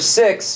six